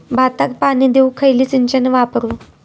भाताक पाणी देऊक खयली सिंचन वापरू?